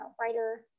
writer